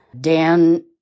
Dan